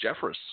Jeffress